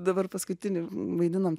dabar paskutinį vaidinom